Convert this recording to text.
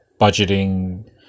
budgeting